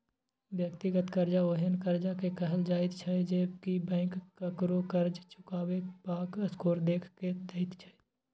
व्यक्तिगत कर्जा ओहेन कर्जा के कहल जाइत छै जे की बैंक ककरो कर्ज चुकेबाक स्कोर देख के दैत छै